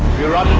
bureau?